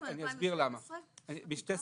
משתי סיבות,